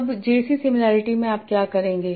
अब J C similarity में आप क्या करेंगे